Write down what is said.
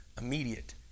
immediate